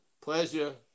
pleasure